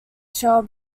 shell